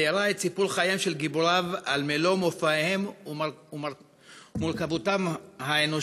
תיארה את סיפור חייהם של גיבוריו על מלוא מופעיהם ומורכבותם האנושית.